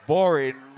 Boring